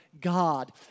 God